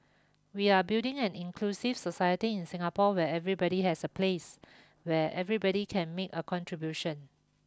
we are building an inclusive society in Singapore where everybody has a place where everybody can make a contribution